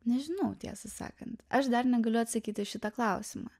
nežinau tiesą sakant aš dar negaliu atsakyt į šitą klausimą